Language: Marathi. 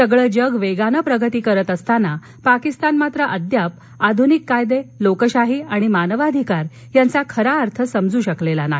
सगळं जग वेगानं प्रगती करत असताना पाकिस्तान मात्र अद्याप आधुनिक कायदे लोकशाही आणि मानवाधिकार यांचा खरा अर्थ समजू शकलेला नाही